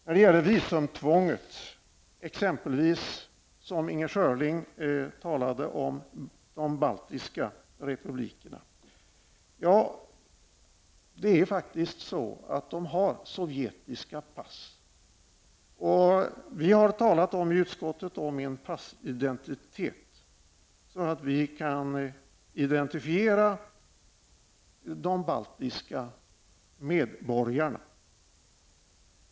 När det gäller visumtvånget för medborgare från de baltiska republikerna som Inger Schörling talade om är det faktiskt så att de har sovjetiska pass. Vi har i utskottet talat om en passidentitet så att vi kan identifiera de baltiska medborgarna.